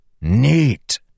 Neat